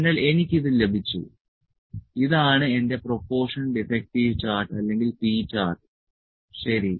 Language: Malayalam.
അതിനാൽ എനിക്ക് ഇത് ലഭിച്ചു ഇതാണ് എന്റെ പ്രൊപോർഷൻ ഡിഫെക്ടിവ് ചാർട്ട് അല്ലെങ്കിൽ P ചാർട്ട് ശരി